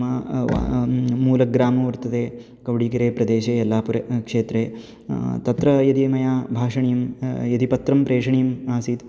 मम मूलग्रामो वर्तते कौडिगिरे प्रदेशे यल्लापुर क्षेत्रे तत्र यदि मया भाषणीयं यदि पत्रं प्रेषणीयम् आसीत्